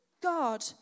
God